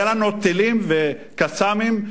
היו לנו טילים, ו"קסאמים",